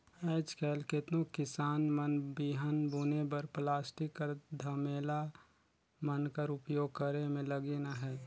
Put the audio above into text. आएज काएल केतनो किसान मन बीहन बुने बर पलास्टिक कर धमेला मन कर उपियोग करे मे लगिन अहे